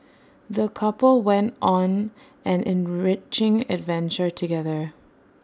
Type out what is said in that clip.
the couple went on an enriching adventure together